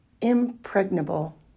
impregnable